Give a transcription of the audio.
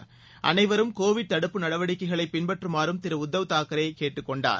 Covid அனைவரும் தடுப்பு நடவடிக்கைகளை பின்பற்றமாறும் திரு உத்தவ் தாக்கரே கேட்டுக்கொண்டார்